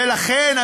ולכן,